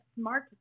SMART